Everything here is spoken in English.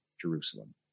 Jerusalem